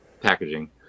packaging